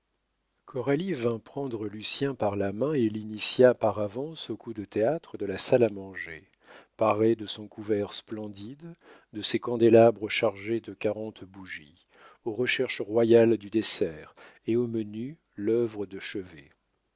coralie vint prendre lucien par la main et l'initia par avance au coup de théâtre de la salle à manger parée de son couvert splendide de ses candélabres chargés de quarante bougies aux recherches royales du dessert et au menu l'œuvre de chevet